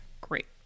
great